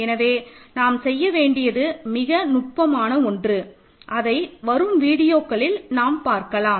எனவே நாம் செய்ய வேண்டியது மிக நுட்பமான ஒன்று அதை வரும் வீடியோக்களில் நாம் பார்க்கலாம்